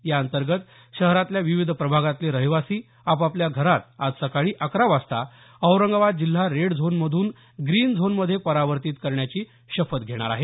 या अंतर्गत शहरातल्या विविध वार्डातले रहिवाशी आप आपल्या घरात आज सकाळी अकरा वाजता औरंगाबाद जिल्हा रेड झोनमधून ग्रीन झोनमध्ये परावर्तित करण्याची शपथ घेणार आहेत